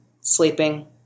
sleeping